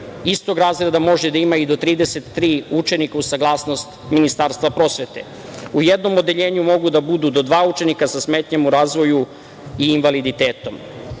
istog razreda može da ima i do 33 učenika uz saglasnost Ministarstva prosvete. U jednom odeljenju mogu da budu do dva učenika sa smetnjama u razvoju i invaliditetom. Nastavni